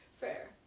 Fair